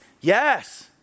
yes